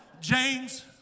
James